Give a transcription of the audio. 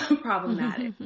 problematic